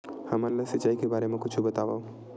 हमन ला सिंचाई के बारे मा कुछु बतावव?